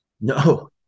No